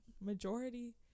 majority